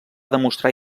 demostrar